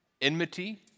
enmity